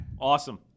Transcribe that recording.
Awesome